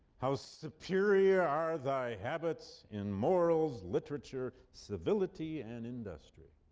how superior are thy habits in morals, literature, civility and industry.